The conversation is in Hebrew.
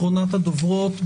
אחרונת הדוברות,